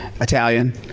Italian